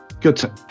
Good